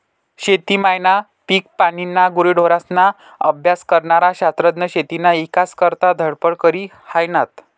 शेती मायना, पिकपानीना, गुरेढोरेस्ना अभ्यास करनारा शास्त्रज्ञ शेतीना ईकास करता धडपड करी हायनात